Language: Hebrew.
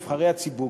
נבחרי הציבור,